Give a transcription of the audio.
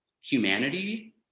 humanity